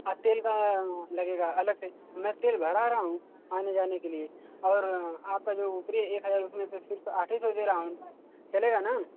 आ तेल का लगेगा अलग से मैं तेल भरा रहा हूँ आने जाने के लिए और आपका जो उपरी एक हज़ार उसमें से सिर्फ आठ ही सौ दे रहा हूँ चलेगा ना